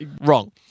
Wrong